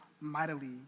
mightily